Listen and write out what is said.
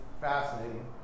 fascinating